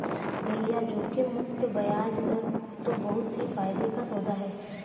भैया जोखिम मुक्त बयाज दर तो बहुत ही फायदे का सौदा है